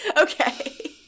Okay